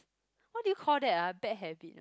what do you call that ah bad habit ah